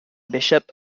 bishop